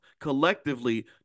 collectively